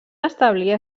establir